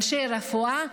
אנשי רפואה,